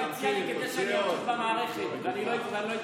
איזה תפקידים המנכ"ל שלך הציע לי כדי שאני אמשיך במערכת ואני לא אדבר,